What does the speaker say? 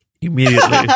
immediately